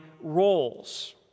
roles